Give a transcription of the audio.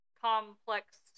complex